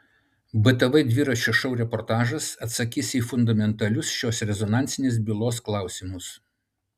btv dviračio šou reportažas atsakys į fundamentalius šios rezonansinės bylos klausymus